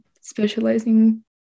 specializing